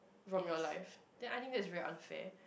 from your life then I think that's very unfair